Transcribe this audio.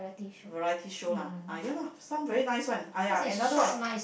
variety show lah uh ya lor some very nice one !aiya! another one is